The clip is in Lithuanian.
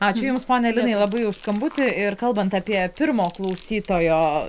ačiū jums pone linai labai už skambutį ir kalbant apie pirmo klausytojo